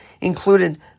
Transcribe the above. included